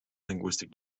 linguistic